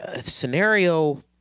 scenario